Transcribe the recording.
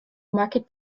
market